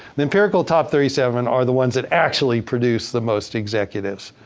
the empirical top thirty seven are the ones that actually produce the most executives.